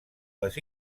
les